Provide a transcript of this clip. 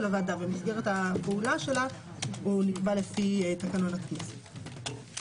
הוועדה ובמסגרת הפעולה שלה - נקבע לפי תקנון הכנסת.